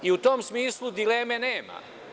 U tom smislu, dileme nema.